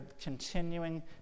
continuing